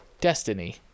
destiny